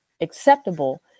acceptable